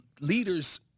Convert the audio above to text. leaders